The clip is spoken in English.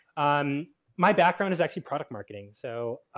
um my background is actually product marketing. so,